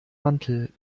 mantel